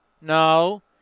No